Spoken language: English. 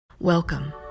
Welcome